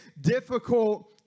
difficult